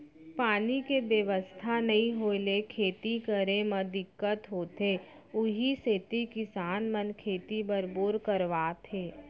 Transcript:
पानी के बेवस्था नइ होय ले खेती करे म दिक्कत होथे उही सेती किसान मन खेती बर बोर करवात हे